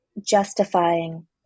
justifying